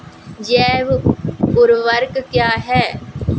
जैव ऊर्वक क्या है?